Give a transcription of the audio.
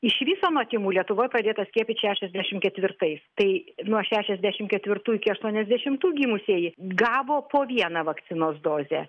iš viso nuo tymų lietuvoj pradėta skiepyt šešiasdešim ketvirtais tai nuo šeiasdešim ketvirtų iki aštuoniasdešimtų gimusieji gavo po vieną vakcinos dozę